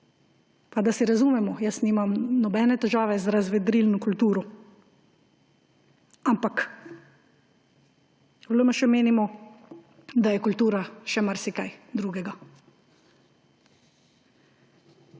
Pa da se razumemo, jaz nimam nobene težave z razvedrilno kulturo, ampak v LMŠ menimo, da je kultura še marsikaj drugega.